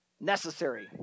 necessary